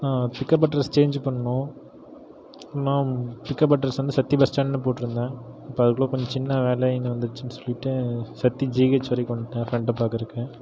pickup address change பண்ணனும் நான் pickup address வந்து சத்தி பஸ்டாண்ட்னு போட்டுருந்தேன் இப்போ அதுக்குள்ளே கொஞ்ச சின்ன வேலைன்னு வந்துடுச்சுன்னு சொல்லிட்டு சத்தி ஜிஹச் வரைக்கு வந்துவிட்டேன் ஃப்ரெண்டை பார்க்குறதுக்கு